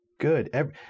good